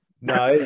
No